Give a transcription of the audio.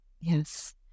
Yes